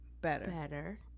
better